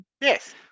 Yes